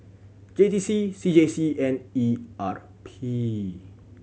J T C C J C and E R P